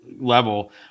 level